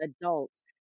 adults